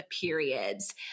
periods